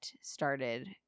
started